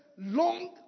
long